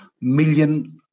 million